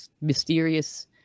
mysterious